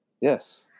Yes